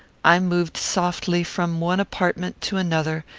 i moved softly from one apartment to another,